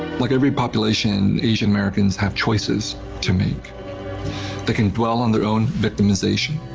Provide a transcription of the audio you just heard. like every population asian americans have choices to make they can dwell on their own victimization,